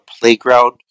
playground